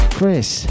Chris